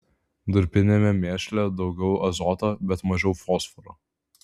durpiniame mėšle daugiau azoto bet mažiau fosforo